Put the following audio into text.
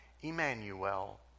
Emmanuel